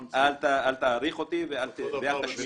אל תעריך אותי ואל תשמיץ.